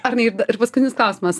arnai ir paskutinis klausimas